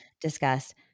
discussed